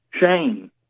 shame